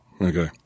okay